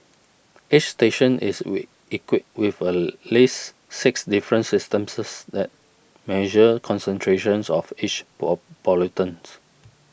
each station is equipped with at least six different systems that measure concentrations of each pollutant